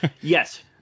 Yes